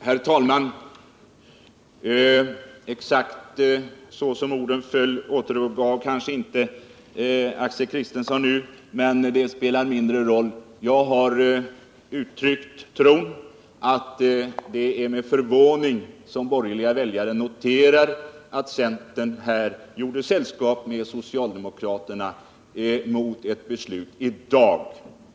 Herr talman! Exakt så som mina ord föll återgavs de kanske inte av Axel Kristiansson, men det spelar mindre roll. Jag har uttryckt iakttagelsen att det är med förvåning som borgerliga väljare noterar att centern gjorde sällskap med socialdemokraterna mot ett beslut i dag.